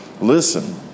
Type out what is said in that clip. Listen